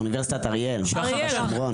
אוניברסיטת אריאל בשומרון.